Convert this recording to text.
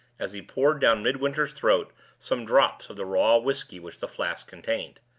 as he poured down midwinter's throat some drops of the raw whisky which the flask contained.